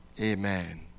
Amen